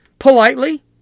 Politely